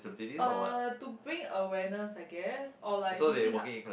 uh to bring awareness I guess or like to see how